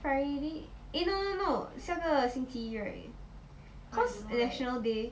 friday eh no no no 下个星期一 right cause national day